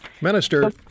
Minister